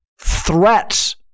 threats